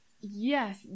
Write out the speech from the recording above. yes